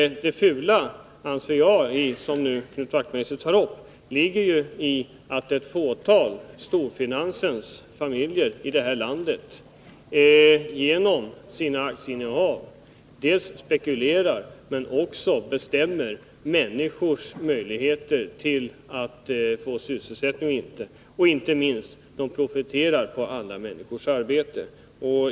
Eftersom Knut Wachtmeister tar upp frågan, vill jag säga att jag anser att det fula ligger i att ett fåtal av storfinansens familjer i detta land genom sina aktieinnehav dels spekulerar, dels bestämmer över människors möjligheter att få sysselsättning. Inte minst profiterar de på andra människors arbete.